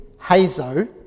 Hazo